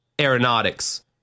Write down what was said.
aeronautics